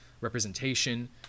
representation